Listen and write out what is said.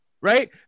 Right